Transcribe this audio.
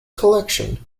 collection